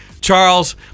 Charles